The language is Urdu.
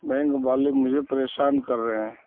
بینک والے مجھے پریشان کر رہے ہیں